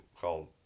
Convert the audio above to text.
called